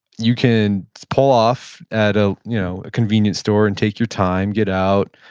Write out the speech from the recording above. you can pull off at ah you know convenience store and take your time, get out,